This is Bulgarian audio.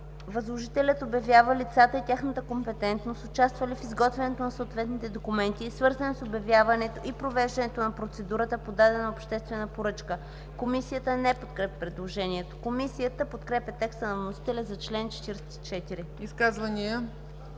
„Възложителят обявява лицата и тяхната компетентност, участвали в изготвянето на съответните документи, свързани с обявяването и провеждането на процедурата по дадена обществена поръчка.” Комисията не подкрепя предложението. Комисията подкрепя текста на вносителя за чл. 44. ПРЕДСЕДАТЕЛ